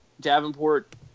Davenport